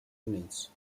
units